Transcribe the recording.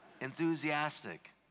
enthusiastic